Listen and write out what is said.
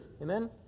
Amen